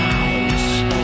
eyes